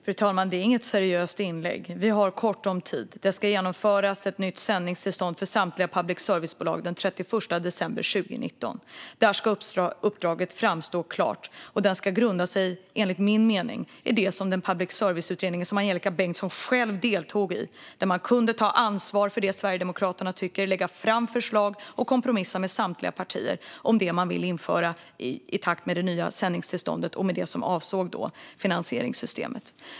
Fru talman! Det här är inte ett seriöst inlägg. Vi har kort om tid. Det ska införas ett nytt sändningstillstånd för samtliga public service-företag den 31 december 2019. Där ska uppdraget framstå klart, och det ska grunda sig, enligt min mening, i den public service-utredning som Angelika Bengtsson själv deltog i. Sverigedemokraterna kunde ha tagit ansvar för vad de tycker, lagt fram förslag och kompromissat med samtliga partier om det de vill införa i takt med det nya sändningstillståndet och finansieringssystemet.